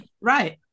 right